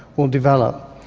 will develop.